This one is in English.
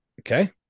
okay